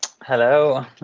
Hello